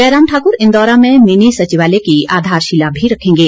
जयराम ठाकर इंदौरा में मिनी सचिवालय की आधारशिला भी रखेंगे